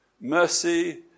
Mercy